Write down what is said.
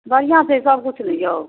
बढ़िआँ छै सभकिछु ने यौ